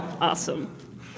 Awesome